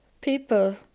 people